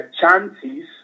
Chances